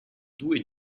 due